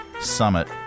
Summit